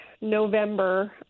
November